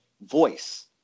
voice